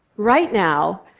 right now,